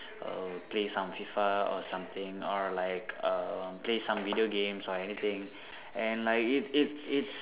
uh play some F_I_F_A or something or like uh play some video games or anything and like it it its